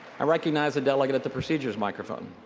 i recognize the delegate at the procedures microphone.